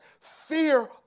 fear